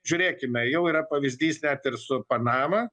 žiūrėkime jau yra pavyzdys net ir su panama